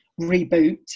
reboot